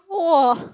!wah!